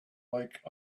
like